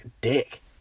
dick